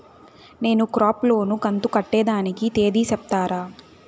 నేను crop loan కంతు కట్టేదానికి తేది సెప్తారా?